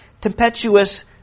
tempestuous